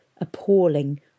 appalling